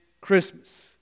Christmas